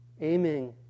aiming